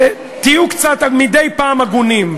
שתהיו מדי פעם קצת הגונים.